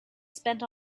spent